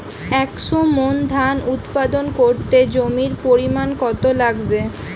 একশো মন ধান উৎপাদন করতে জমির পরিমাণ কত লাগবে?